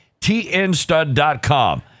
tnstud.com